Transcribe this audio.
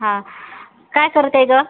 हां काय करते आहे गं